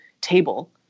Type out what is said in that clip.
table